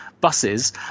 buses